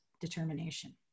determination